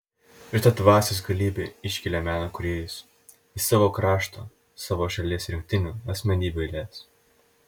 ir ta dvasios galybė iškelia meno kūrėjus į savo krašto savo šalies rinktinių asmenybių eiles